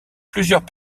plusieurs